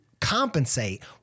compensate